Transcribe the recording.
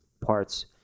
parts